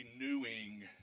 renewing